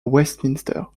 westminster